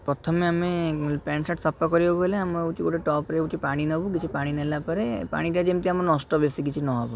ପ୍ରଥମେ ଆମେ pant shirt ସଫା କରିବାକୁ ଗଲେ ଆମେ ହଉଛୁ ଗୋଟେ ଟପ୍ ରେ ହଉଛୁ ପାଣି ନେବୁ କିଛି ପାଣି ନେଲା ପରେ ପାଣି ଟା ଯେମିତି ଆମର ନଷ୍ଟ ବେଶି କିଛି ନ ହେବ